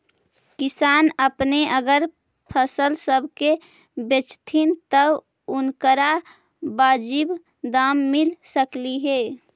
किसान अपने अगर फसल सब के बेचतथीन तब उनकरा बाजीब दाम मिल सकलई हे